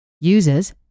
Users